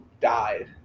died